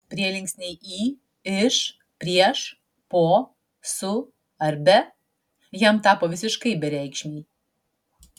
prielinksniai į iš prieš po su ar be jam tapo visiškai bereikšmiai